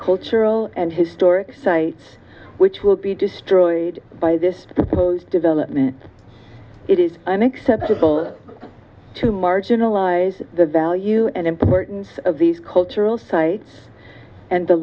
cultural and historic sites which will be destroyed by this development it is unacceptable to marginalize the value and importance of these cultural sites and the